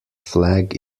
flag